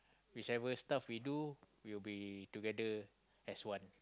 whichever stuff we do we will be together as one